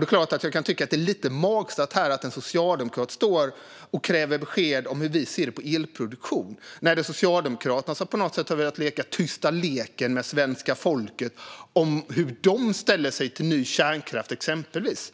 Det är klart att jag kan tycka att det är lite magstarkt att en socialdemokrat står och kräver besked om hur vi ser på elproduktion när det är Socialdemokraterna som på något sätt har velat leka tysta leken med svenska folket om hur de ställer sig till ny kärnkraft, exempelvis.